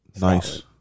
Nice